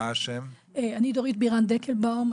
אני דורית בירן דקלבאום,